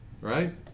right